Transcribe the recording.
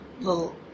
little